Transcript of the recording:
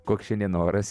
koks šiandien oras